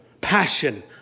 passion